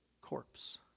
corpse